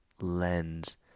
lens